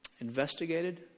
investigated